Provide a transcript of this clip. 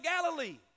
Galilee